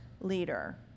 leader